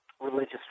religious